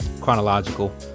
chronological